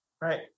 right